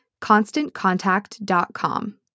ConstantContact.com